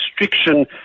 restriction